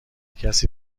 کسی